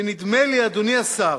ונדמה לי, אדוני השר,